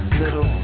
little